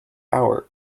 hour